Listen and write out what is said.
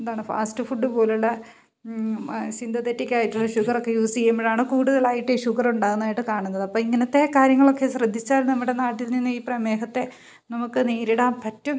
എന്താണ് fast food പോലെയുള്ള സിന്തതെറ്റിക്കായിട്ടുള്ള ഷുഗറൊക്കെ യൂസ് ചെയ്യുമ്പോഴാണ് കൂടുതലായിട്ട് ഈ ഷുഗറുണ്ടാവുന്നതായിട്ട് കാണുന്നത് അപ്പോൾ ഇങ്ങനത്തെ കാര്യങ്ങളൊക്കെ ശ്രദ്ധിച്ചാൽ നമ്മുടെ നാട്ടിൽ നിന്ന് ഈ പ്രമേഹത്തെ നമുക്ക് നേരിടാൻ പറ്റും